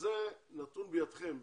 זה נתון בידיכם.